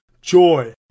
joy